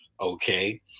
Okay